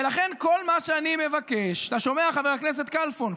ולכן כל מה שאני מבקש, אתה שומע, חבר הכנסת כלפון?